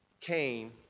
came